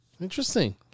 interesting